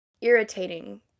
irritating